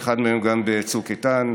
ואחד מהם גם בצוק איתן.